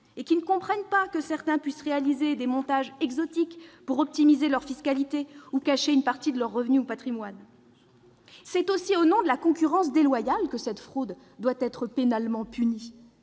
et qui ne comprennent pas que certains puissent réaliser des « montages exotiques » pour optimiser leur fiscalité ou cacher une partie de leurs revenus ou patrimoines. C'est aussi au nom de la concurrence déloyale que cette fraude doit être pénalement punie.